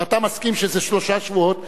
ואתה מסכים שזה שלושה שבועות,